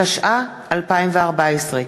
התשע"ה 2014,